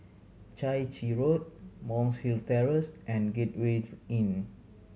Chai Chee Road Monk's Hill Terrace and Gateway Inn